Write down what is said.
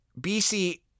BC